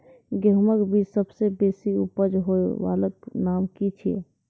गेहूँमक बीज सबसे बेसी उपज होय वालाक नाम की छियै?